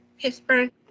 Pittsburgh